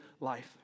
life